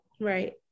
Right